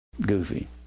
goofy